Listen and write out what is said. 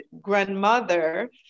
grandmother